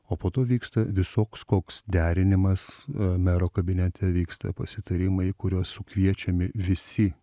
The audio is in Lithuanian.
o po to vyksta visoks koks derinimas mero kabinete vyksta pasitarimai į kuriuos sukviečiami visi